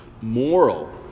moral